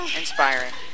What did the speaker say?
inspiring